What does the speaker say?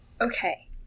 okay